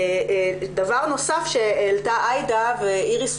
דבר נוסף שהעלתה עאידה ואיריס,